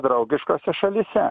draugiškose šalyse